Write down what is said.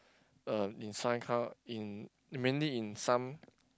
uh in some ka~ in mainly in some